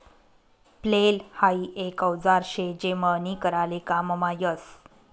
flail हाई एक औजार शे जे मळणी कराले काममा यस